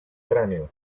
cráneo